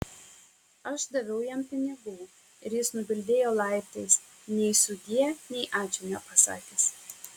aš daviau jam pinigų ir jis nubildėjo laiptais nei sudie nei ačiū nepasakęs